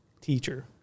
Teacher